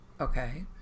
Okay